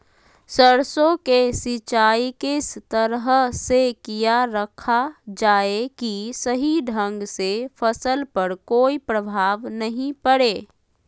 सरसों के सिंचाई किस तरह से किया रखा जाए कि सही ढंग से फसल पर कोई प्रभाव नहीं पड़े?